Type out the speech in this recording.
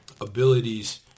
abilities